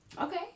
Okay